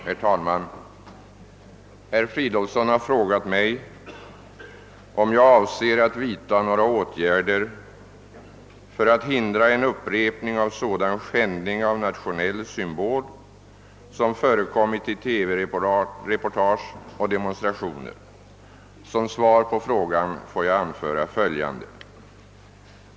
Herr talman! Herr Fridolfsson i Stockholm har frågat mig, om jag avser att vidta några åtgärder för att hindra en upprepning av sådan skändning av nationell symbol som förekommit i TV-reportage och demonstrationer. Som svar på frågan får jag anföra följande.